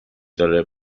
داره